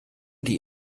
die